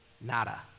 Nada